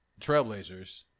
Trailblazers